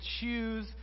choose